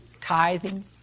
tithing